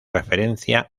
referencia